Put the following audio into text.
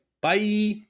Bye